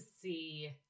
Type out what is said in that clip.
see